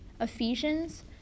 Ephesians